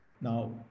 Now